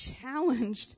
challenged